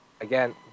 again